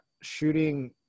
shooting